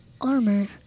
armor